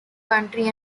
country